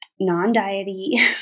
non-diety